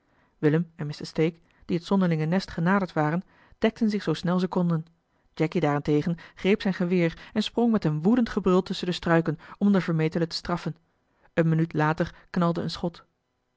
willem en mr stake die het zonderlinge nest genaderd waren eli heimans willem roda dekten zich zoo snel ze konden jacky daarentegen greep zijn geweer en sprong met een woedend gebrul tusschen de struiken om den vermetele te straffen eene minuut later knalde een schot